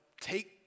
take